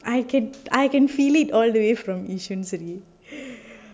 I can I can feel it all the way from yishun